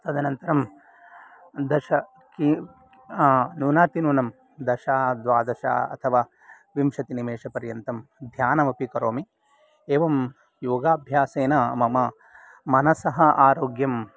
तदनन्तरं दश कि न्यूनातिन्यूनं दश द्वादश अथवा विंशतिनिमेषपर्यन्तं ध्यानमपि करोमि एवं योगाभ्यासेन मम मनसः आरोग्यं